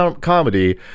comedy